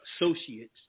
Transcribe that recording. Associates